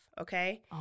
Okay